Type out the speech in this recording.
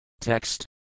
Text